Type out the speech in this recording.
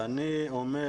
אני אומר